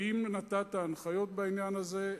האם נתת הנחיות בעניין הזה?